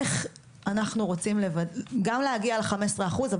איך אנחנו רוצים גם להגיע לחמש עשרה אחוז,